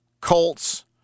Colts